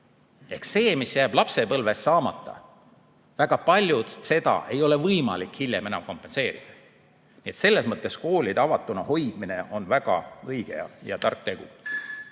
see, mis jääb lapsepõlves saamata, väga paljut sellest ei ole võimalik hiljem enam kompenseerida. Selles mõttes koolide avatuna hoidmine on väga õige ja tark tegu.